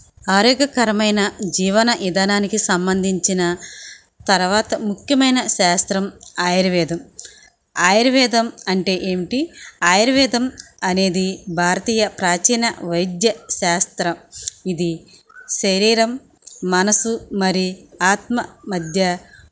ఆరోగ్యకరమైన జీవన విధానానికి సంబంధించిన తర్వాత ముఖ్యమైన శాస్త్రం ఆయుర్వేదం ఆయుర్వేదం అంటే ఏమిటి ఆయుర్వేదం అనేది భారతీయ ప్రాచీన వైద్య శాస్త్రం ఇది శరీరం మనసు మరి ఆత్మ మధ్య